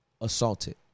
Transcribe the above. assaulted